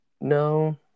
No